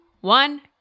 one